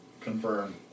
confirm